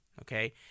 Okay